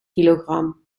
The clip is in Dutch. kilogram